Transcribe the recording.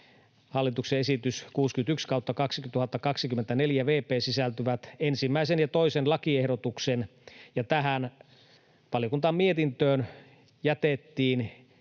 hallituksen esitykseen HE 61/2024 vp sisältyvät 1. ja 2. lakiehdotuksen. Tähän valiokunnan mietintöön jätettiin